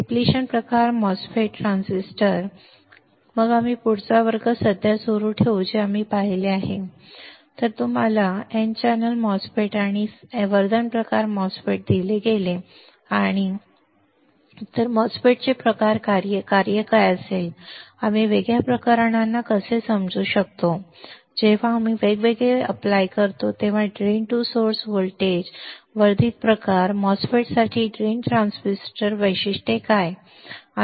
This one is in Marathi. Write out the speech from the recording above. डिप्लेशन प्रकार एमओएस ट्रान्झिस्टर मग आम्ही पुढचा वर्ग सध्या सुरू ठेवू जे आम्ही पाहिले ते आम्ही पाहिले आहे की जर तुम्हाला चॅनेल एमओएसएफईटी आणि वर्धन प्रकार एमओएसएफईटी दिले गेले तर एमओएसएफईटी कसे कार्य करेल आम्ही वेगवेगळ्या प्रकरणांना कसे समजू शकतो जेव्हा आम्ही वेगवेगळे अर्ज करतो ड्रेन टू सोर्स व्होल्टेज वर्धित प्रकार एमओएसएफईटी साठी ड्रेन ट्रान्सफर वैशिष्ट्यांचे काय